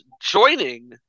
joining